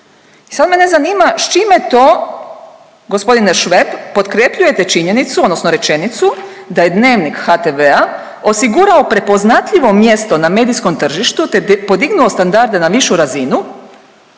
sad mene zanima, s čime to g. Šveb potkrepljujete činjenicu odnosno rečenicu da je Dnevnik HTV-a osigurao prepoznatljivo mjesto na medijskom tržištu, te podignuo standarde na višu razinu